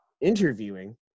interviewing